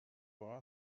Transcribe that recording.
for